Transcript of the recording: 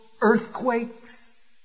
earthquakes